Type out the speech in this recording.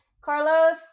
Carlos